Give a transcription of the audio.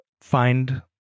find